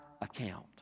account